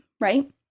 right